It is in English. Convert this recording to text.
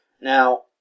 Now